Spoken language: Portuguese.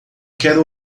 quero